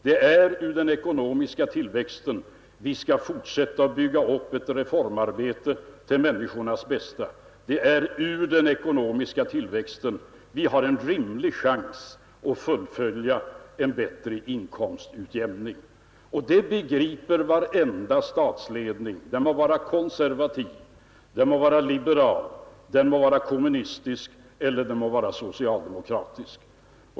Det är på grund av den ekonomiska tillväxten vi kan fortsätta ett reformarbete till människornas förmån, det är tack vare den ekonomiska tillväxten vi har en rimlig chans att fullfölja en bättre inkomstutjämning, och det begriper varenda statsledning, den må vara konservativ, den må vara liberal, den må vara kommunistisk eller den må vara socialdemokratisk.